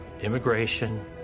immigration